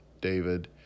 David